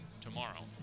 tomorrow